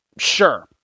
sure